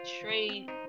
trade